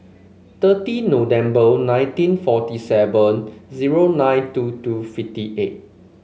thirty November nineteen forty seven zero nine two two fifty eight